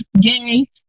gay